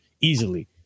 easily